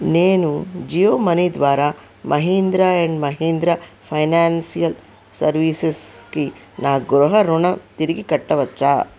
నేను జియో మనీ ద్వారా Mahindra and Mahindra financial సర్వీసెస్కి నా గృహరుణం తిరిగి కట్టవచ్చా